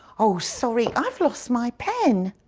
oh sorry, i've lost my pen.